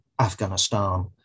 Afghanistan